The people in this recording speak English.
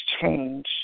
change